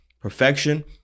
perfection